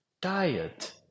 diet